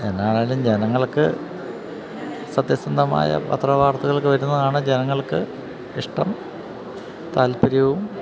എന്താണെങ്കിലും ജനങ്ങള്ക്ക് സത്യസന്ധമായ പത്രവാർത്തകൾ വരുന്നതാണ് ജനങ്ങൾക്കിഷ്ടം താല്പര്യവും